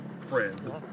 Friend